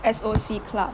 S_O_C club